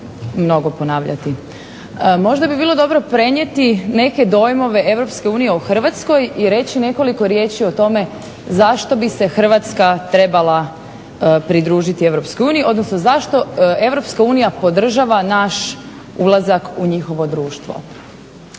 Možda bi bilo dobro prenijeti neke dojmove Unije o Hrvatskoj i reći nekoliko riječi o tome zašto bi se Hrvatska trebala pridružiti Europskoj uniji odnosno zašto Europska unija podržava naš ulazak u njihovo društvo.